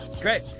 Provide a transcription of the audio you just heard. great